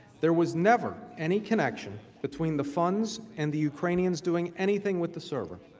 there was never any connection between the funds and the ukrainians doing anything with the server.